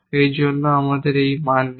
এই জন্য আমাদের এই মান নেই